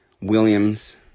Williams